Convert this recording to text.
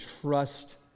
trust